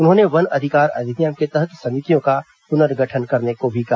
उन्होंने वन अधिकार अधिनियम के तहत समितियों का पुनर्गठन करने को कहा